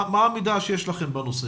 מה המידע שיש לכם בנושא?